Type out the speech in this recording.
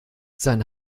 sein